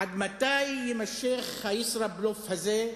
עד מתי יימשך הישראבלוף הזה,